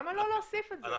למה לא להוסיף את זה?